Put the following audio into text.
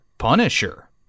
Punisher